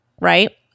right